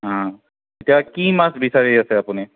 এতিয়া কি মাছ বিচাৰি আছে আপুনি